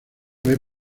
vez